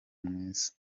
mwiza